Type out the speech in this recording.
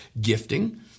gifting